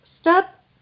step